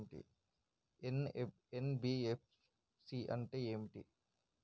NBFC అంటే ఏమిటి?